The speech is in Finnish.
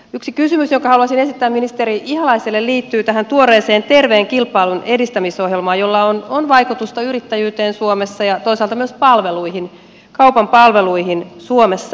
yksi kysymys jonka haluaisin esittää ministeri ihalaiselle liittyy tähän tuoreeseen terveen kilpailun edistämisohjelmaan jolla on vaikutusta yrittäjyyteen ja toisaalta myös kaupan palveluihin suomessa